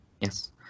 Yes